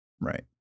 Right